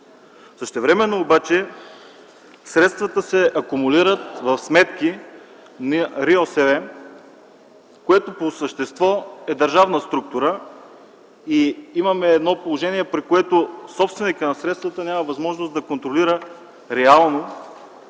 Същевременно обаче средствата се акумулират в сметки на РИОСВ, която по същество е държавна структура, и имаме положение при което собственикът на средствата няма възможност да контролира реално,